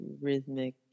rhythmic